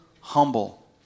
humble